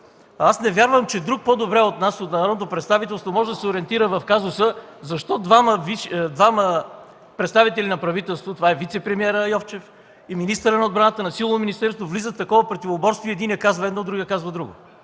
Не вярвам, че друг по-добре от нас, народното представителство, може да се ориентира в казуса защо двама представители на правителството – вицепремиерът Йовчев и министърът на отбраната, на силово министерство, влизат в такова противоборство и единият казва едно, другият казва друго.